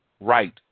Right